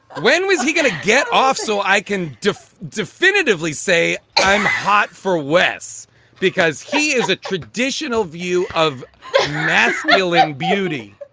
when was he going to get off? so i can definitively say i'm hot for wes because he is a traditional view of masculine beauty